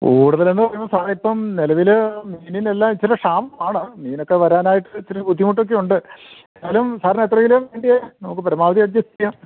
കൂടുതൽ എന്ന് പറയുമ്പോൾ സാറെ ഇപ്പം നിലവിൽ മീനിനെല്ലാം ഇച്ചിരെ ക്ഷാമമാണ് മീനൊക്കെ വരാനായിട്ട് ഇച്ചിരി ബുദ്ധിമുട്ടൊക്കെ ഉണ്ട് എന്നാലും സാറിന് എത്ര കിലോ ആണ് വേണ്ടത് നമുക്ക് പരമാവധി അഡ്ജസ്റ്റ് ചെയ്യാം